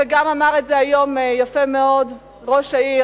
וגם אמר את זה היום יפה מאוד ראש העיר,